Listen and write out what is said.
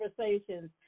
conversations